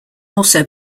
also